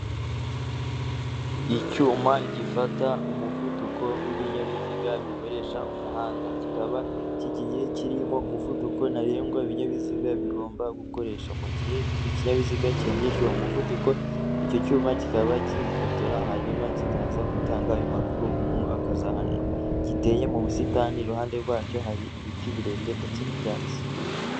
Icyuma gifata umuvuduko w'ibinyabiziga bikoresha umuhanda, kikaba kigiye kirimo umuvuduko ntarengwa ibinyabiziga bigomba gukoresha mu gihe icyo kinyabiziga kirengeje umuvuduko, icyo cyuma kikaba kibifotora hanyuma kikaza gutanga ayo makuru uwo muntu akazahanwa, giteye mu busitani iruhande rwacyo hari ibiti birebire ndetse n'ibyatsi.